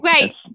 Wait